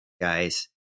guys